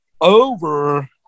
Over